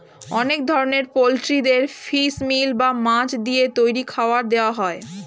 অনেক ধরনের পোল্ট্রিদের ফিশ মিল বা মাছ দিয়ে তৈরি খাবার দেওয়া হয়